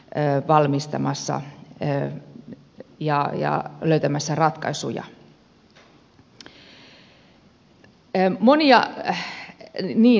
ey valmistamassa en okmssä valmistelemassa ja niihin ollaan löytämässä ratkaisuja